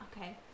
Okay